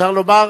אפשר לומר